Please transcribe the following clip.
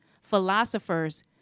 philosophers